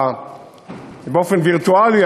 באופן וירטואלי,